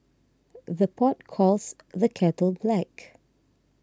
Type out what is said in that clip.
the pot calls the kettle black